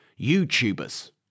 YouTubers